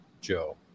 Joe